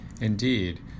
indeed